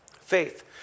Faith